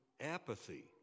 apathy